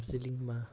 दार्जिलिङमा